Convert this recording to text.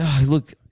look